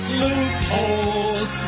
loopholes